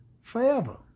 forever